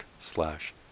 slash